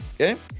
Okay